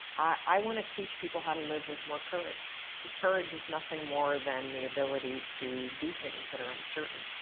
i want to teach people how to live with more courage because courage is nothing more than the ability to do things that are uncertain.